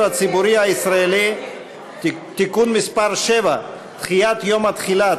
הציבורי הישראלי (תיקון מס' 7) (דחיית יום התחילה),